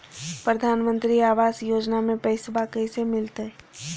प्रधानमंत्री आवास योजना में पैसबा कैसे मिलते?